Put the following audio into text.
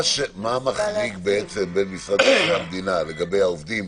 מה מחריג בין משרד מבקר המדינה לגבי העובדים